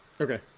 Okay